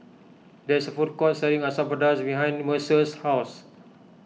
there is a food court selling Asam Pedas behind Mercer's house